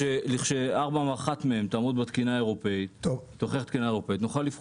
כשאחת מארבעתן תעמוד בתקינה האירופאית נוכל לפעול.